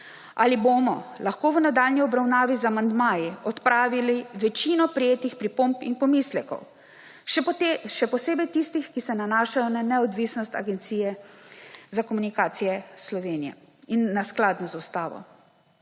ali bomo lahko v nadaljnji obravnavi z amandmaji odpravili večino prejetih pripomb in pomislekov, še posebej tistih, ki se nanašajo na neodvisnost Agencije za komunikacijska omrežja in storitve in na skladnost z Ustavo.